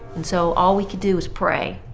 and so all we could do was pray.